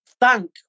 thank